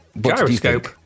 Gyroscope